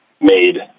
made